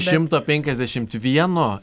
šimto penkiasdešimt vieno